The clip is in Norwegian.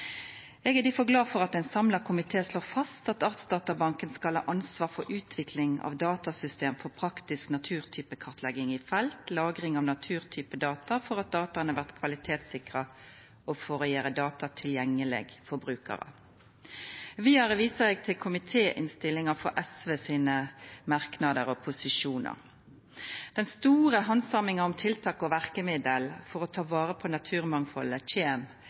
Eg er difor glad for at ein samla komité slår fast at Artsdatabanken skal ha ansvar for utvikling av datasystem for praktisk naturtypekartlegging i felt, for lagring av naturtypedata, for at dataa blir kvalitetssikra og for å gjera data tilgjengeleg for brukarar. Vidare viser eg til komitéinnstillinga når det gjeld merknader og posisjonar frå SV. Den store handsaminga av tiltak og verkemiddel for å ta vare på naturmangfaldet kjem